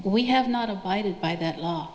we have not abided by that law